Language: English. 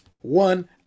one